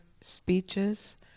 speeches